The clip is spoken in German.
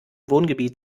wohngebiet